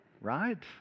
Right